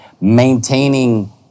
maintaining